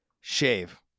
shave